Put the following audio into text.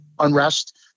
unrest